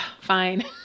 fine